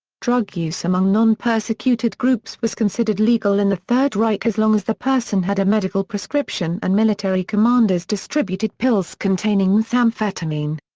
drug use among non-persecuted groups was considered legal in the third reich as long as the person had a medical prescription and military commanders distributed pills containing methamphetamine.